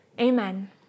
Amen